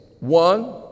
One